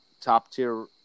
top-tier